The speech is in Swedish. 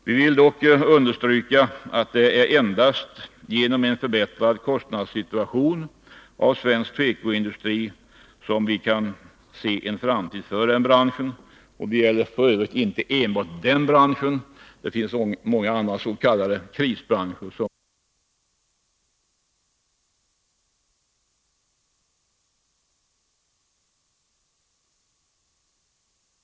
Vi vill dock understryka att det endast är genom en förbättring av kostnadssituationen som svensk tekoindustri kan bygga sin framtid. Det gäller f. ö. inte enbart den branschen — det finns många andra s.k. krisbranscher som har samma problem. Utan rimliga kostnadsrelationer gentemot konkurrenterna finns inte heller vare sig kraften att behålla nuvarande omfattning av vår tekoindustri eller möjligheten till en vidare expansion. Herr talman! Jag vill avsluta med att slå fast att tekoindustrins framtid ligger i en anpassning till marknadsekonomins villkor. Endast på detta sätt kan tekoindustrins framtida utveckling tryggas. Herr talman! Jag vill med detta yrka bifall till den vid detta betänkande fogade moderata reservationen.